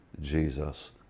Jesus